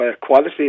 quality